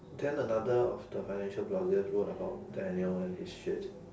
then another of the financial bloggers wrote about daniel and his shit